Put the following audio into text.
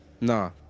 Nah